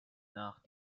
nach